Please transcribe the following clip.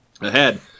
Ahead